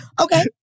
Okay